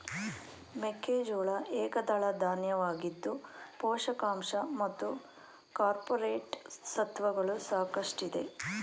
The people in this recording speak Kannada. ಮೆಕ್ಕೆಜೋಳ ಏಕದಳ ಧಾನ್ಯವಾಗಿದ್ದು ಪೋಷಕಾಂಶ ಮತ್ತು ಕಾರ್ಪೋರೇಟ್ ಸತ್ವಗಳು ಸಾಕಷ್ಟಿದೆ